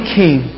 king